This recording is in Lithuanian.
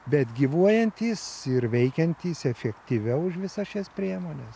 bet gyvuojantys ir veikiantys efektyviau už visas šias priemones